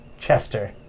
Chester